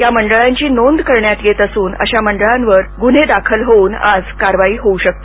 या मंडळांची नोंद करण्यात येत असून अशा मंडळांवर गुन्हे दाखल होऊन आज त्यांच्यावर कारवाई होऊ शकते